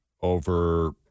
over